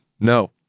no